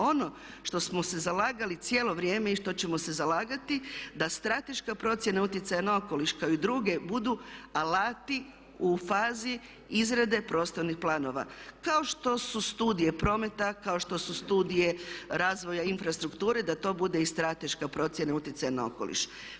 Ono što smo se zalagali cijelo vrijeme i što ćemo se zalagati da strateška procjena utjecaja na okoliš kao i druge budu alati u fazi izrade prostornih planova kao što su studije prometa, kao što su studije razvoja infrastrukture da to bude i strateška procjena utjecaja na okoliš.